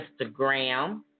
Instagram